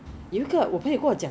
都不懂几时可以 travel out ah